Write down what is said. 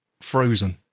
Frozen